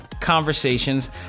conversations